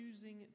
choosing